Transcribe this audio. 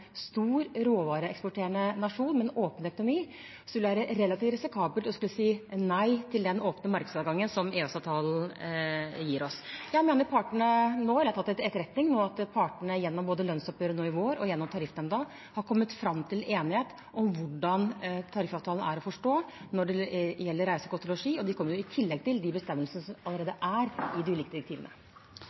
stor råvareeksporterende nasjon med en åpen økonomi, vil det være relativt risikabelt å skulle si nei til den åpne markedsadgangen som EØS-avtalen gir oss. Jeg har tatt det til etterretning at partene både gjennom lønnsoppgjøret i vår og gjennom Tariffnemnda har kommet fram til en enighet om hvordan tariffavtalen er å forstå når det gjelder reise, kost og losji. Og det kommer i tillegg til de bestemmelsene som allerede er i de ulike direktivene.